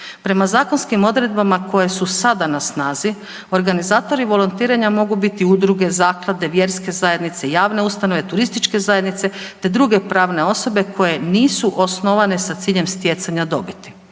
Prema zakonskim odredbama koje su sada na snazi organizatori volontiranja mogu biti udruge, zaklade, vjerske zajednice, javne ustanove, turističke zajednice te druge pravne osobe koje nisu osnovane sa ciljem stjecanja dobiti,